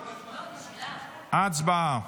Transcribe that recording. הצבעה.